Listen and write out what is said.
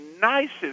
nicest